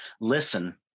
listen